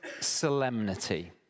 solemnity